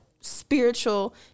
spiritual